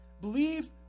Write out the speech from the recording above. Believe